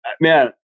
man